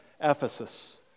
Ephesus